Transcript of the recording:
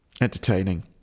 Entertaining